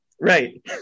Right